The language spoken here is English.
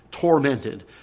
tormented